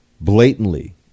blatantly